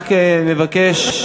רק נבקש,